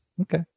Okay